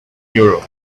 europe